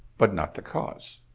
but not the cause.